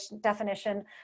definition